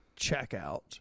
checkout